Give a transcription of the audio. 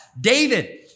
David